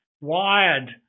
wired